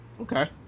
Okay